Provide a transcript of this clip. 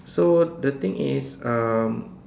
so the things is um